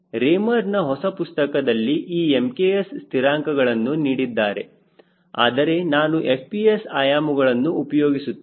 Raymer ನ ಹೊಸ ಪುಸ್ತಕದಲ್ಲಿ ಈ MKS ಸ್ಥಿರಾಂಕ ಗಳನ್ನು ನೀಡಿದ್ದಾರೆ ಆದರೆ ನಾನು FPS ಆಯಾಮಗಳನ್ನು ಉಪಯೋಗಿಸುತ್ತೇನೆ